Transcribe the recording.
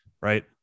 right